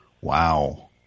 wow